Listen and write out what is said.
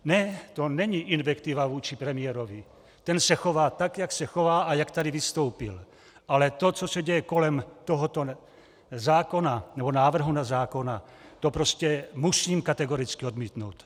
Ne, to není invektiva vůči premiérovi, ten se chová tak, jak se chová a jak tady vystoupil, ale to, co se děje kolem tohoto návrhu zákona, to prostě musím kategoricky odmítnout!